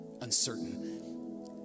uncertain